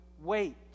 wait